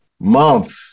month